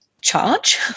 charge